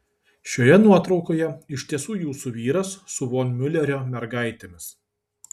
šioje nuotraukoje iš tiesų jūsų vyras su von miulerio mergaitėmis